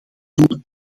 doen